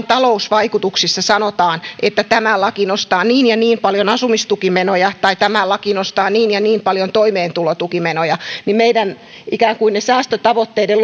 talousvaikutuksissa sanotaan että tämä laki nostaa niin ja niin paljon asumistukimenoja tai tämä laki nostaa niin ja niin paljon toimeentulotukimenoja niin meidän ikään kuin ne säästötavoitteiden